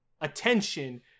attention